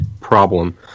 problem